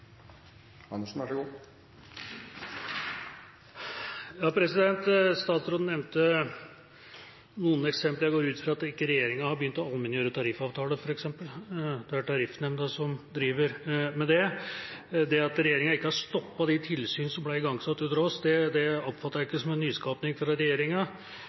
begynt å allmenngjøre tariffavtaler, f.eks. Det er Tariffnemnda som driver med det. Det at regjeringa ikke har stoppet de tilsyn som ble igangsatt under oss, oppfatter jeg heller ikke som en nyskaping fra regjeringa,